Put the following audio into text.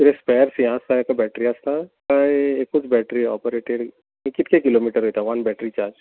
spares हें आसता ताका बॅटरी आसता काय एकूच बॅटरी ऑपरेटेड आनी कितके किलोमिटर वयता वन बॅटरी चार्ज